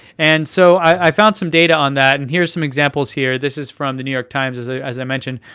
and so i found some data on that, and here's some examples here. this is from the new york times, as ah as i mentioned,